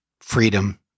Freedom